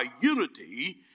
unity